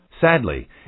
Sadly